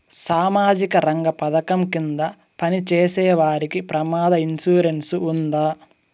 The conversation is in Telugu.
సామాజిక రంగ పథకం కింద పని చేసేవారికి ప్రమాద ఇన్సూరెన్సు ఉందా?